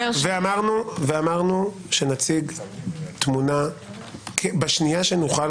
אמרנו שנציג תמונה בשנייה שנוכל,